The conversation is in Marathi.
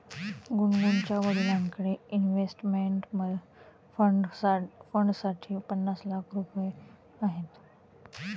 गुनगुनच्या वडिलांकडे इन्व्हेस्टमेंट फंडसाठी पन्नास लाख रुपये आहेत